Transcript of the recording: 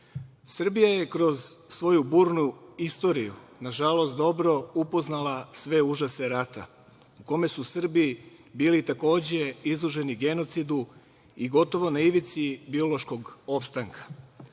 je kroz svoju burnu istoriju, nažalost, dobro upoznala sve užase rata u kome su Srbi bili takođe izloženi genocidu i gotovo na ivici biološkog opstanka.